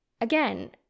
Again